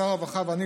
שר הרווחה ואני,